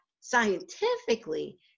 scientifically